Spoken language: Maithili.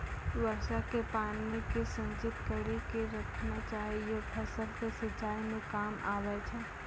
वर्षा के पानी के संचित कड़ी के रखना चाहियौ फ़सल के सिंचाई मे काम आबै छै?